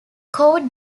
court